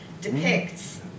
depicts